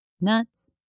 nuts